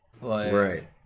Right